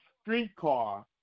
streetcar